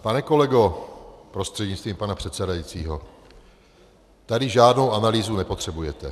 Pane kolego prostřednictvím pana předsedajícího, tady žádnou analýzu nepotřebujete.